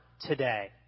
today